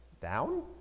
down